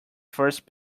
first